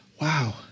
wow